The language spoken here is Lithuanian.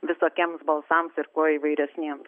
visokiems balsams ir kuo įvairesniems